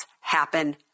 happen